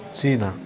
China